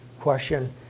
question